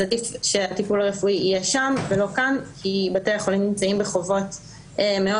עדיף שהטיפול הרפואי יהיה שם ולא כאן כי בתי החולים נמצאים בחובות מאוד